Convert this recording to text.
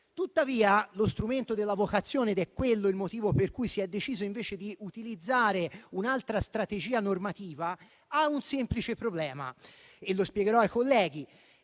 Tuttavia, lo strumento dell'avocazione - ed è il motivo per cui si è deciso invece di utilizzare un'altra strategia normativa - ha un semplice problema, che spiegherò ai colleghi.